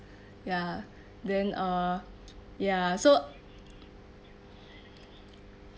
ya then uh ya so